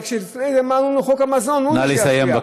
נא לסיים.